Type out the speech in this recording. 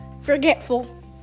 Forgetful